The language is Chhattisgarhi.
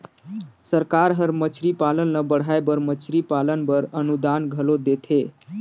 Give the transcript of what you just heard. सरकार हर मछरी पालन ल बढ़ाए बर मछरी पालन बर अनुदान घलो देथे